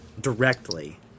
directly